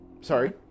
sorry